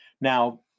Now